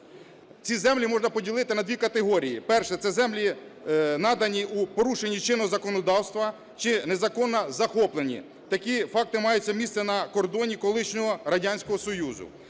Ці землі можна поділити на дві категорії. Перша – це землі надані у порушення чинного законодавства чи незаконно захоплені. Такі факти мають місце на кордоні колишнього Радянського Союзу.